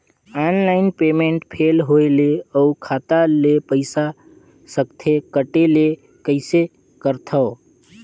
Online payment fail होय ले अउ खाता ले पईसा सकथे कटे ले कइसे करथव?